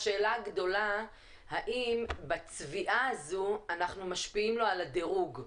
השאלה הגדולה האם בצביעה הזו אנחנו משפיעים לו על הדירוג.